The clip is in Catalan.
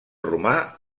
romà